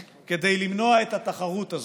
כדי למנוע את התחרות הזאת.